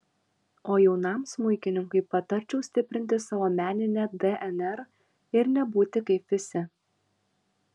o jaunam smuikininkui patarčiau stiprinti savo meninę dnr ir nebūti kaip visi